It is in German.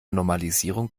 normalisierung